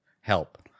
help